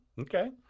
Okay